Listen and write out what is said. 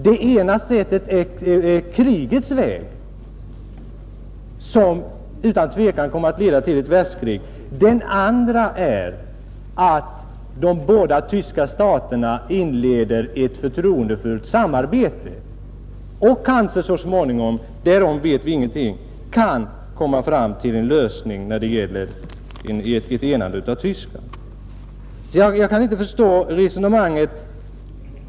Det ena sättet är krigets väg, som utan tvekan kommer att leda till ett världskrig. Det andra sättet är att de båda tyska staterna inleder ett förtroendefullt samarbete och kanske så småningom — därom vet vi ingenting — kan komma fram till en lösning när det gäller ett enande av Tyskland, Jag kan inte förstå resonemanget.